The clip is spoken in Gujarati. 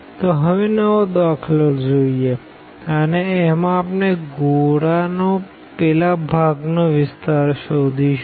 તો હવે નવો દાખલો જોઈએ અને એમાં આપણે ગોળા નો પેલા ભાગ નો વિસ્તાર શોધશું